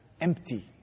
empty